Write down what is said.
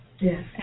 Yes